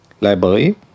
library